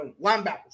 linebackers